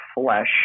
flesh